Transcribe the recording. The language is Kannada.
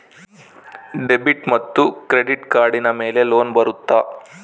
ಡೆಬಿಟ್ ಮತ್ತು ಕ್ರೆಡಿಟ್ ಕಾರ್ಡಿನ ಮೇಲೆ ಲೋನ್ ಬರುತ್ತಾ?